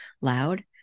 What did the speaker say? loud